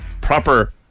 proper